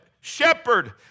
shepherd